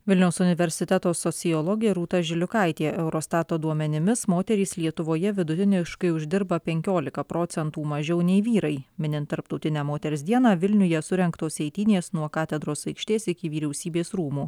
vilniaus universiteto sociologė rūta žiliukaitė eurostato duomenimis moterys lietuvoje vidutiniškai uždirba penkiolika procentų mažiau nei vyrai minint tarptautinę moters dieną vilniuje surengtos eitynės nuo katedros aikštės iki vyriausybės rūmų